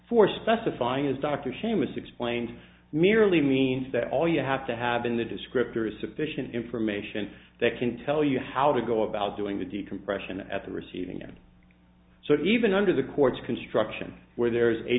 for specifying as dr seamus explained merely means that all you have to have been the descriptor is sufficient information that can tell you how to go about doing the decompression at the receiving end so even under the court's construction where there is a